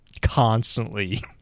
constantly